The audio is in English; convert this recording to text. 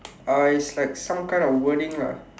uh it's like some kind of wording lah